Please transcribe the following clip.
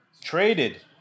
traded